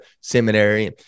seminary